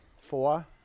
four